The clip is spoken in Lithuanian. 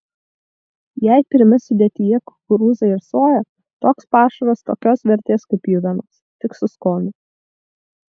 jei pirmi sudėtyje kukurūzai ar soja toks pašaras tokios vertės kaip pjuvenos tik su skoniu